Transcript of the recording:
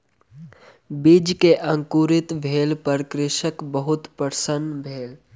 बीज के अंकुरित भेला पर कृषक बहुत प्रसन्न भेल